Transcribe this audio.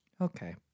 Okay